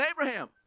Abraham